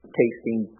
tasting